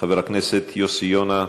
חבר הכנסת יוסי יונה.